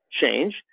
change